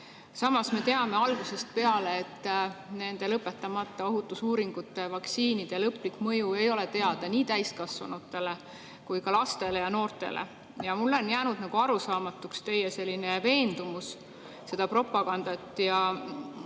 Samas me teame algusest peale, et nende lõpetamata ohutusuuringutega vaktsiinide lõplik mõju ei ole teada ei täiskasvanutele ega ka lastele ja noortele. Mulle on jäänud arusaamatuks teie veendumus seda propagandat tehes.